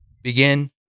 begin